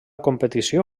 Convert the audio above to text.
competició